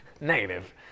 Negative